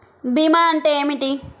భీమా అంటే ఏమిటి?